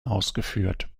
ausgeführt